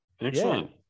excellent